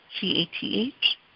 C-A-T-H